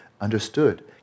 understood